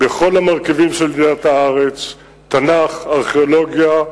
בכל המרכיבים של ידיעת הארץ, תנ"ך, ארכיאולוגיה,